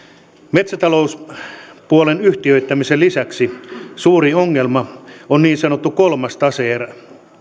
metsätalouspuolen yhtiöittämisen lisäksi suuri ongelma on niin sanottu kolmas tase erä